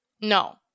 No